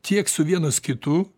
tiek su vienas kitu